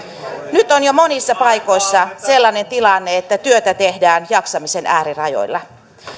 nyt on jo monissa paikoissa sellainen tilanne että työtä tehdään jaksamisen äärirajoilla